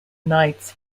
knights